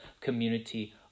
community